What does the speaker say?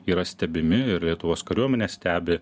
yra stebimi ir lietuvos kariuomenė stebi